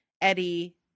Eddie